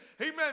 Amen